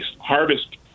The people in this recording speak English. harvest